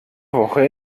woche